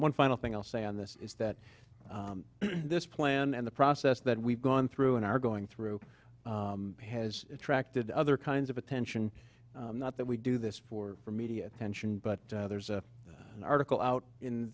one final thing i'll say on this is that this plan and the process that we've gone through and are going through has attracted other kinds of attention not that we do this for media attention but there's an article out in